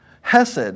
Hesed